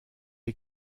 est